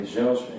zelfs